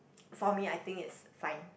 for me I think it's fine